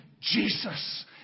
Jesus